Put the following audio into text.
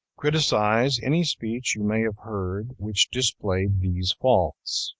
criticise any speech you may have heard which displayed these faults.